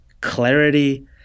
clarity